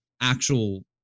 actual